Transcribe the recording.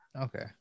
Okay